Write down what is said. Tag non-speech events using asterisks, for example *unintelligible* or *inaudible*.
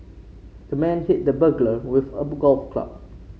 the man hit the burglar with a *unintelligible* golf club